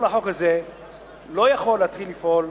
כל החוק הזה לא יכול להתחיל לפעול